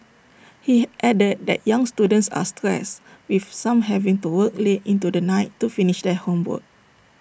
he added that young students are stressed with some having to work late into the night to finish their homework